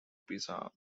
pisa